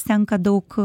senka daug